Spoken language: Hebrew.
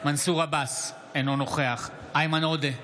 מנסור עבאס, אינו נוכח איימן עודה,